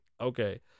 okay